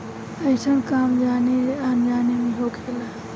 अइसन काम जाने अनजाने मे होखेला